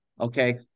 Okay